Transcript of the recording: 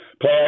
play